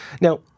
Now